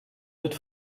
wird